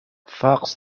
facts